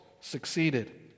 succeeded